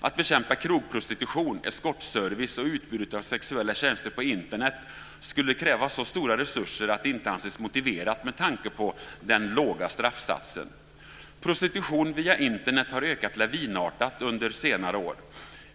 Att bekämpa krogprostitution, eskortservice och utbudet av sexuella tjänster på Internet skulle kräva så stora resurser att det inte anses motiverat med tanke på den låga straffsatsen. Prostitution via Internet har ökat lavinartat under senare år.